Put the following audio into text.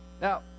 now